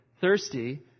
thirsty